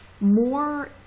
more